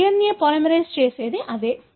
కాబట్టి DNA polymerase చేసేది అదే